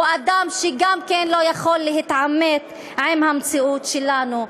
הוא אדם שאינו יכול להתעמת עם המציאות שלנו.